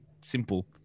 simple